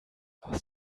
aus